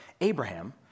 Abraham